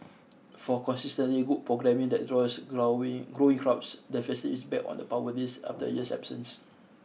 for consistently good programming that draws growing growing crowds the festival is back on the Power List after a year's absence